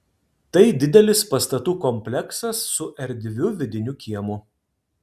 tai didelis pastatų kompleksas su erdviu vidiniu kiemu